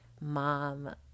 mom